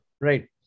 right